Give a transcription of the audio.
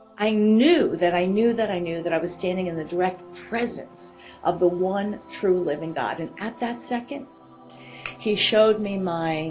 i knew that i knew that i knew that i was standing in the direct presence of the one true living god and at that second he showed me my